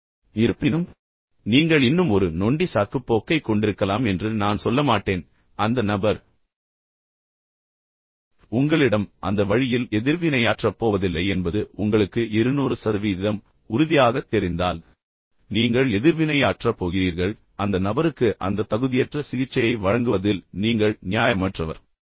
இருப்பினும் நீங்கள் இன்னும் ஒரு நொண்டி சாக்குப்போக்கைக் கொண்டிருக்கலாம் என்று நான் சொல்ல மாட்டேன் ஆனால் அந்த நபர் உங்களிடம் அந்த வழியில் எதிர்வினையாற்றப் போவதில்லை என்பது உங்களுக்கு 200 சதவீதம் உறுதியாகத் தெரிந்தால் நீங்கள் இப்போது எதிர்வினையாற்றப் போகிறீர்கள் அந்த நபருக்கு அந்த தகுதியற்ற சிகிச்சையை வழங்குவதில் நீங்கள் முற்றிலும் நியாயமற்றவர்